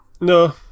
No